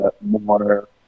more